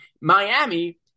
Miami